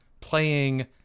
playing